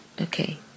Okay